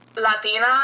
Latina